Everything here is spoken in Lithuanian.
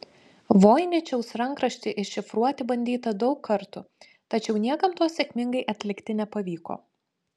voiničiaus rankraštį iššifruoti bandyta daug kartų tačiau niekam to sėkmingai atlikti nepavyko